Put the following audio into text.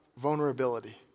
vulnerability